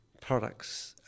products